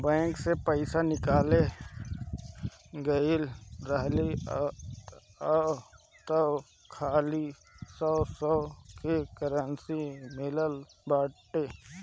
bank से पईसा निकाले गईल रहनी हअ तअ खाली सौ सौ के करेंसी मिलल बाटे